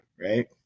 right